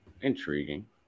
intriguing